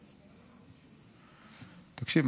תקשיב,